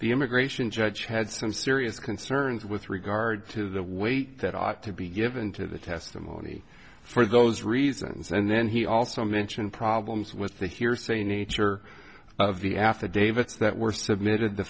the immigration judge had some serious concerns with regard to the weight that ought to be given to the testimony for those reasons and then he also mentioned problems with the hearsay nature of the affidavits that were submitted the